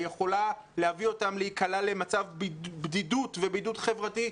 היא יכולה להביא אותם להיקלע למצב בדידות ובידוד חברתי,